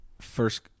first